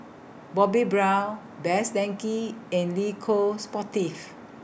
Bobbi Brown Best Denki and Le Coq Sportif